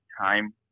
time